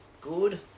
good